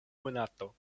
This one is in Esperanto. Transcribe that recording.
monato